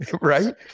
Right